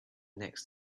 next